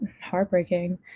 heartbreaking